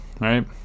right